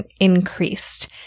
increased